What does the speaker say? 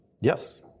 Yes